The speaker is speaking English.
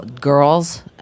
girls